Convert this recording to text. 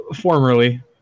Formerly